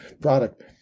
product